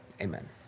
Amen